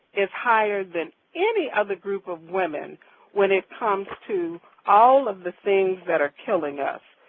is higher than any other group of women when it comes to all of the things that are killing us.